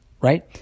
Right